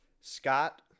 Scott